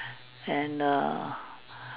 and err